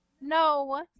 No